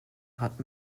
hat